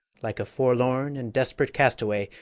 like a forlorn and desperate castaway,